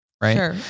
right